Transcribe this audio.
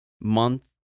month